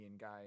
guy